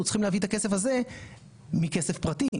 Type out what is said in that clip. צריכים להביא את הכסף הזה מכסף פרטי.